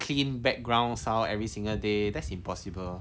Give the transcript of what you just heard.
clean background sound every single day that's impossible